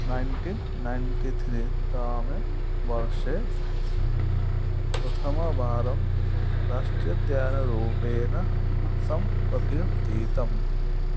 nineteen ninety three तमे वर्षे प्रथमवारं राष्ट्रियोद्यानरूपेण सम्प्रकीर्तितम्